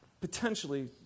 potentially